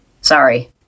Sorry